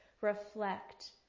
reflect